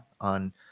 on